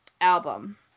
album